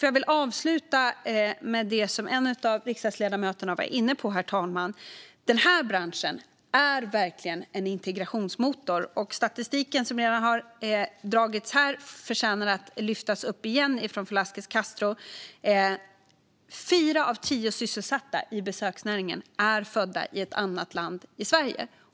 Jag vill avsluta med det som en av riksdagsledamöterna var inne på, herr talman, nämligen att den här branschen verkligen är en integrationsmotor. Statistiken som Daniel Vencu Velasquez Castro nämnde här förtjänar att lyftas upp igen: Fyra av tio sysselsatta i besöksnäringen är födda i ett annat land än Sverige.